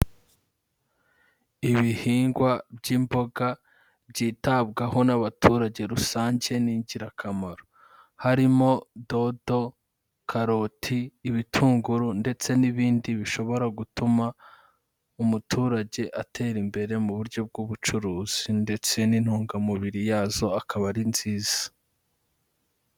Ibihingwa by'imboga byitabwaho n'abaturage rusange ni ingirakamaro. Harimo dodo, karoti, ibitunguru ndetse n'ibindi bishobora gutuma umuturage atera imbere mu buryo bw'ubucuruzi ndetse n'intungamubiri yazo akaba ari nziza.